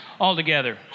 altogether